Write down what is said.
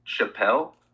Chappelle